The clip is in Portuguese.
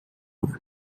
mar